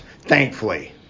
thankfully